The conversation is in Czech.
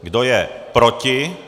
Kdo je proti?